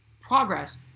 progress